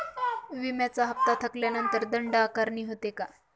विम्याचा हफ्ता थकल्यानंतर दंड आकारणी होते का?